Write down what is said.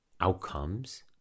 outcomes